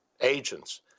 agents